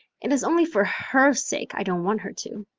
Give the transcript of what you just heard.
it is only for her sake i don't want her to.